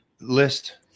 list